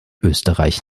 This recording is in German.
österreich